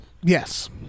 Yes